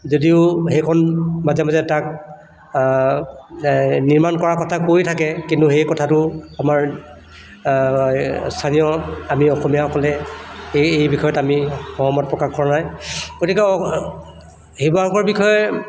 যদিও সেইখন মাজে মাজে তাক নিৰ্মাণ কৰাৰ কথা কৈয়ে থাকে কিন্তু সেই কথাটো আমাৰ স্থানীয় আমি অসমীয়াসকলে এই এই বিষয়ত আমি সহমত প্ৰকাশ কৰা নাই গতিকে শিৱসাগৰৰ বিষয়ে